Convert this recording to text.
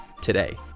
today